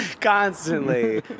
Constantly